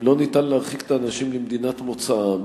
אם לא ניתן להרחיק את האנשים למדינת מוצאם,